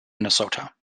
minnesota